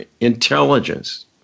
intelligence